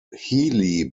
healy